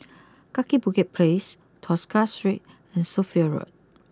Kaki Bukit place Tosca Street and Sophia Road